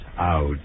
out